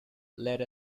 let